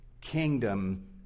kingdom